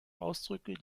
ausdrücke